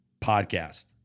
podcast